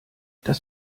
das